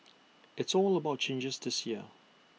it's all about changes this year